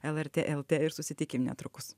lrt lt ir susitikim netrukus